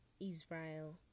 Israel